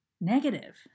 negative